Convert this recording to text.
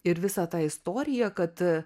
ir visą tą istoriją kad